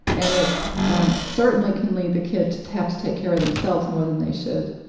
and it's um certainly can lead the kid to to have to take care of themselves more than they should,